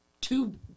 two